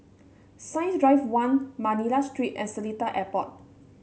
Science Drive One Manila Street and Seletar Airport